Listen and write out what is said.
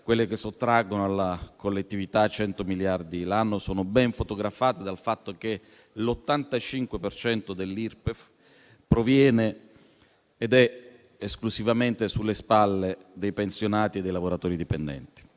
quelle che sottraggono alla collettività 100 miliardi l'anno, sono ben fotografate dal fatto che l'85 per cento dell'IRPEF proviene ed è esclusivamente sulle spalle dei pensionati e dei lavoratori dipendenti.